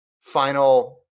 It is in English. final